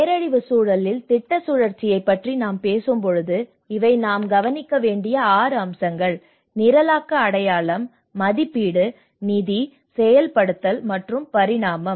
பேரழிவு சூழலில் திட்ட சுழற்சியைப் பற்றி நாம் பேசும்போது இவை நாம் கவனிக்க வேண்டிய 6 அம்சங்கள் நிரலாக்க அடையாளம் மதிப்பீடு நிதி செயல்படுத்தல் மற்றும் பரிணாமம்